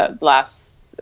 last